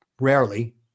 rarely